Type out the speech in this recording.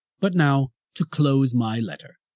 but now, to close my letter,